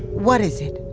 what is it?